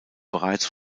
bereits